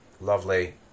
lovely